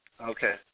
Okay